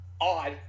odd